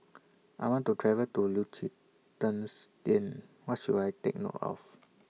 I want to travel to Liechtenstein What should I Take note of